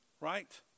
right